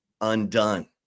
undone